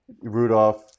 Rudolph